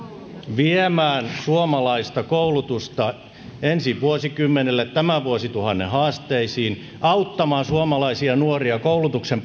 viemään suomalaista koulutusta ensi vuosikymmenelle tämän vuosituhannen haasteisiin auttamaan suomalaisia nuoria koulutuksen